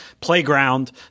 playground